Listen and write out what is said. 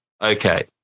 Okay